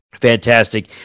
Fantastic